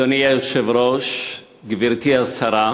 אדוני היושב-ראש, גברתי השרה,